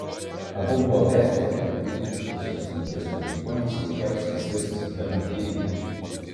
abu buvo perspėti kad jų vyriškosios lyties palikuonis veikiausiai sirgs hemofilija